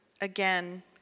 again